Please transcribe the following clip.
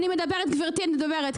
גברתי, אני מדברת.